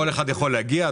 כל אחד יכול להגיע.